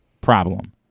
problem